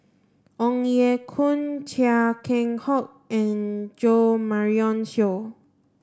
Ong Ye Kung Chia Keng Hock and Jo Marion Seow